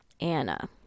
Anna